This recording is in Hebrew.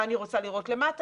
מה אני רוצה לראות למטה,